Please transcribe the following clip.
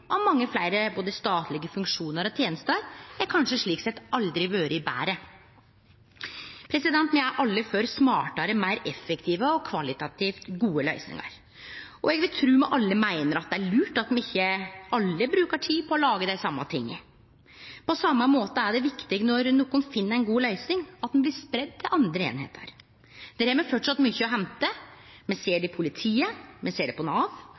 av mange fleire, både statlege funksjonar og tenester, har kanskje slik sett aldri vore betre. Me er alle for smartare, meir effektive og kvalitativt gode løysingar. Eg vil tru me alle meiner det er lurt at me ikkje alle brukar tid på å lage dei same tinga. På same måten er det viktig at når nokon finn ei god løysing, blir det spreidd til andre einingar. Der har me framleis mykje å hente. Me ser det i politiet. Me ser det i Nav,